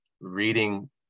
reading